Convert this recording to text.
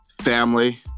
Family